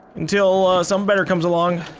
until, ah, some better comes along.